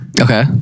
Okay